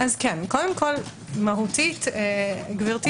מהותית גברתי